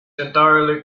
entirely